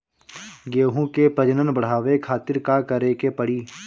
गेहूं के प्रजनन बढ़ावे खातिर का करे के पड़ी?